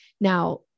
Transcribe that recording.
Now